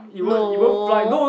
no